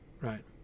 right